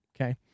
Okay